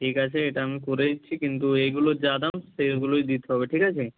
ঠিক আছে এটা আমি করে দিচ্ছি কিন্তু এগুলোর যা দাম সেগুলোই দিতে হবে ঠিক আছে